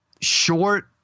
short